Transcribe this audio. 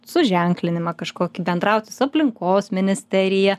suženklinimą kažkokį bendrauti su aplinkos ministerija